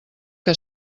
que